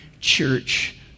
Church